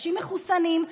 לאנשים מחוסנים,